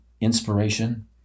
inspiration